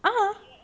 (uh huh)